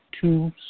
two